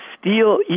Steel